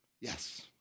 yes